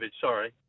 Sorry